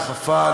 דחפה,